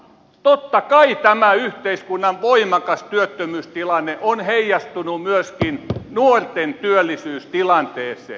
mutta totta kai tämä yhteiskunnan voimakas työttömyystilanne on heijastunut myöskin nuorten työllisyystilanteeseen